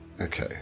Okay